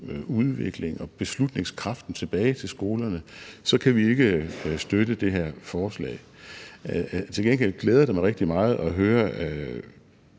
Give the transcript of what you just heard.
udvikling og beslutningskraft tilbage til skolerne, så kan vi ikke støtte det her forslag. Til gengæld glæder det mig rigtig meget at høre